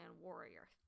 warrior